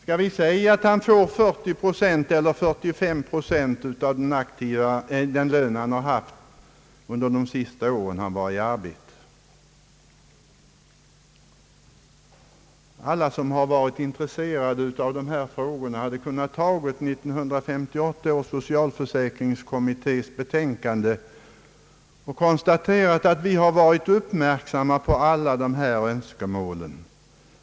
Han får kanske 40 eller 45 procent av den lön han hade under de sista åren han var i arbete. Alla som varit intresserade av dessa frågor har kunnat läsa 1958 års socialförsäkringskommittés betänkande och konstatera att vi inom kommittén uppmärksammat alla dessa önskemål.